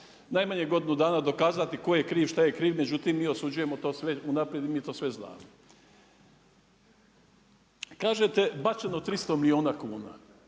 najmanje godinu dana dokazati tko je kriv, šta je kriv, međutim mi osuđujemo to već unaprijed i mi to sve znamo. Kažete, bačeno 300 milijuna kuna.